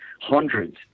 hundreds